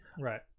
Right